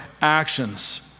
actions